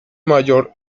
mayor